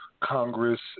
Congress